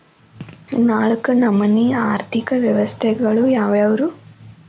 ನಾಲ್ಕು ನಮನಿ ಆರ್ಥಿಕ ವ್ಯವಸ್ಥೆಗಳು ಯಾವ್ಯಾವು?